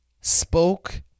spoke